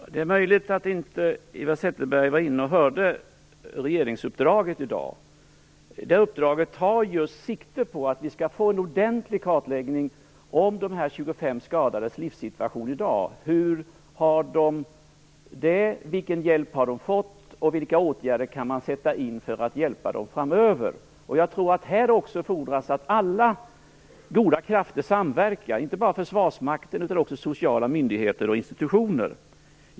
Fru talman! Det är möjligt att inte Eva Zetterberg hörde regeringsuppdraget i dag. Det uppdraget tar just sikte på att vi skall få en ordentlig kartläggning av de 25 skadades livssituation i dag. Hur har de det, vilken hjälp har det fått och vilka åtgärder kan man sätta in för att hjälpa dem framöver? Jag tror att det här också fordras att alla goda krafter samverkar, inte bara Försvarsmakten, utan också sociala myndigheter och institutioner.